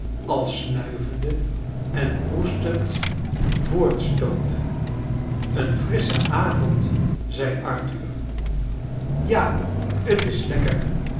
al snuivende en proestend voortstoomde een frissche avond zei arthur ja t is lekker